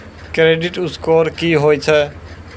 Credit score की होय छै?